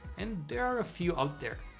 and there are a few out there.